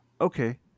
Okay